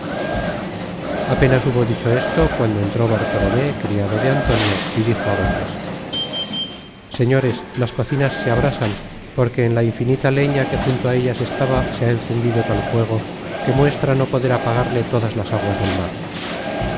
apenas hubo dicho esto cuando entró bartolomé criado de antonio y dijo á voces señores las cocinas se abrasan porque en la infinita leña que junto á ellas estaba se ha encendido tal fuego que muestra no poder apagarle todas las aguas del mar